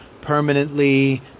permanently